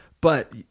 But-